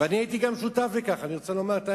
ואני הייתי שותף לכך, אני רוצה לומר את האמת,